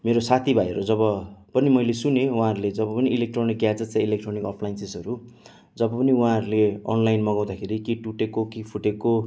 मेरो साथीभाइहरू जब पनि मैले सुनेँ उहाँहरूले जब पनि इलेक्ट्रोनिक ग्याजेट्स चाहिँ इलेक्ट्रोनिक अप्लाइनसेसहरू जब पनि उहाँहरूले अनलाइन मगाउँदाखेरि के टुटेको के फुटेको